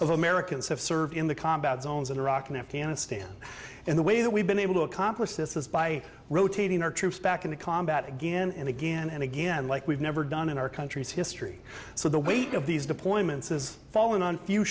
of americans have served in the combat zones in iraq and afghanistan and the way that we've been able to accomplish this is by rotating our troops back into combat again and again and again like we've never done in our country's history so the weight of these deployments is falling on you